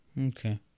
Okay